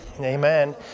Amen